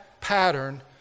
pattern